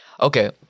Okay